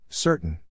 Certain